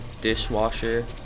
dishwasher